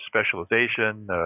specialization –